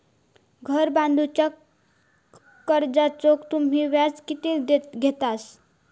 घर बांधूच्या कर्जाचो तुम्ही व्याज किती घेतास?